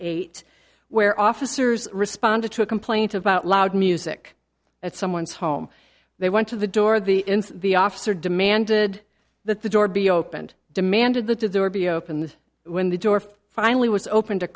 eight where officers responded to a complaint about loud music at someone's home they went to the door of the ins the officer demanded that the door be opened demanded the to do or be opened when the door finally was open to